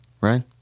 right